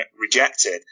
rejected